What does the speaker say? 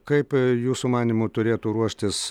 kaip jūsų manymu turėtų ruoštis